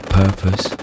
purpose